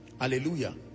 Hallelujah